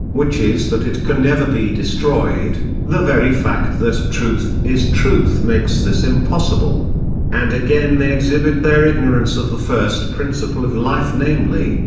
which is that it can never be destroyed the very fact that truth is truth makes this impossible and again they exhibit their ignorance of the first principle of life namely,